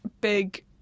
big